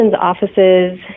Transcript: offices